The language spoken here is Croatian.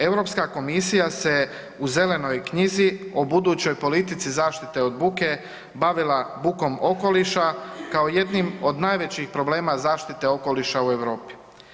EU komisija se u Zelenoj knjizi o budućnoj politici zaštite od buke bavila bukom okoliša, kao jednim od najvećih problema zaštite okoliša u EU.